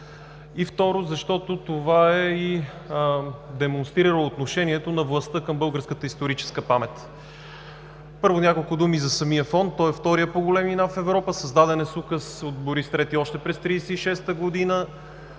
– второ, защото това е и демонстрира отношението на властта към българската историческа памет. Първо, няколко думи за самия Фонд. Той е вторият по големина в Европа. Създаден е с Указ от Борис III още през 1936 г.